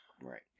Right